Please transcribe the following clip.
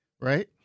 right